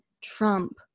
Trump